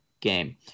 game